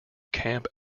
camp